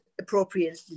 appropriately